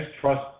trust